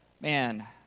Man